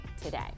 today